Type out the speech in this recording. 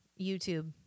YouTube